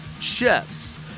chefs